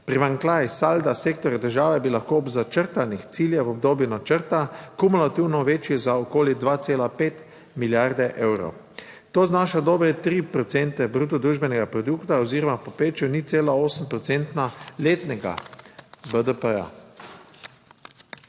Primanjkljaj salda sektorja države bi lahko ob začrtanih ciljev v obdobju načrta kumulativno večji za okoli 2,5 milijarde evrov. To znaša dobre 3 procente bruto družbenega produkta oziroma v povprečju 0,8 procenta letnega BDP.